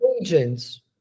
agents